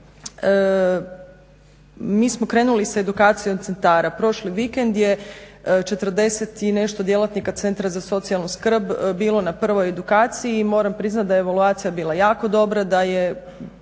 mi smo krenuli sa edukacijom centara. Prošli vikend je 40 i nešto djelatnika Centra za socijalnu skrb bilo na prvoj edukaciji i moram priznati da je evaluacija bila jako dobra, da je